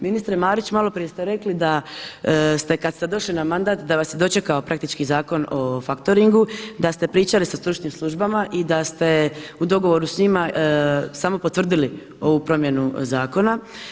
Ministre Marić, malo prije ste rekli da ste kada ste došli na mandat da vas je dočekao praktički Zakon o faktoringu, da ste pričali sa stručnim službama i da ste u dogovoru s njima samo potvrdili ovu promjenu zakona.